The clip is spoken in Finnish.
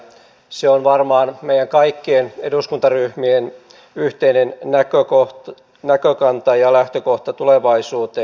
se on varmaan meidän kaikkien eduskuntaryhmien yhteinen näkökanta ja lähtökohta tulevaisuuteen